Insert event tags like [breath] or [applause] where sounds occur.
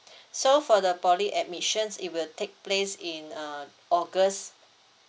[breath] so for the poly admissions it will take place in uh august